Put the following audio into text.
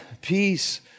peace